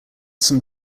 some